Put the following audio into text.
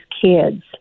kids